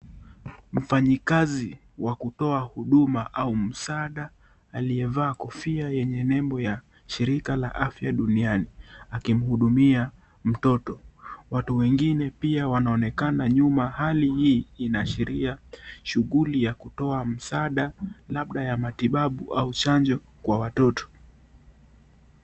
Mfanyikazi wa kutoa huduma au msaada aliyevaa kofia yenye nembo la sahirika la afya duniani akimhudumia mtoto. Watu wengine pia wanaonekana nyuma. Hali hii inaashiria shughuli ya kutoa msaada labda ya matibabu au chanjo kwa watoto.